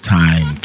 time